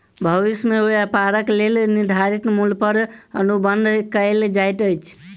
भविष्य में व्यापारक लेल निर्धारित मूल्य पर अनुबंध कएल जाइत अछि